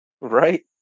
Right